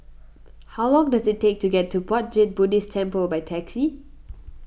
how long does it take to get to Puat Jit Buddhist Temple by taxi